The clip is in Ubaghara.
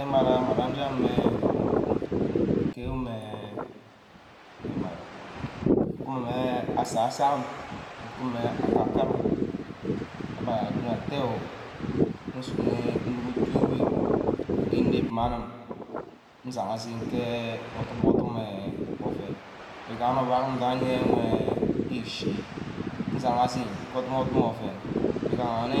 Emara-mara njem meh nfu ke meh emara, nku meh asa-sam, nkumeh aka-kamun, abba adorne atte oh nsuneh inuck etu wew igi inep mma anim, nsagha zen ke odum odum meh ouen, igama ouen ndo yeh ewe ichi, nsang zen ke odum- odum ouen wi gaha nne